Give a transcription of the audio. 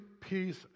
peace